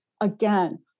again